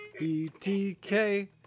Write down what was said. BTK